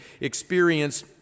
experience